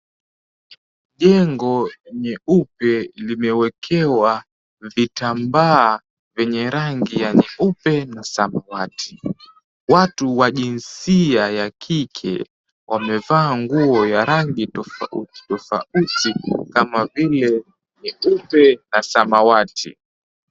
Jengo nyeupe limewekewa vitambaa vyenye rangi ya nyeupe na samawati. Watu wa jinsia ya kike, wamevaa nguo ya rangi tofauti tofauti kama vile nyeupe na samawati.